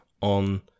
on